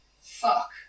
fuck